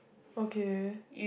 okay